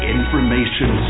Information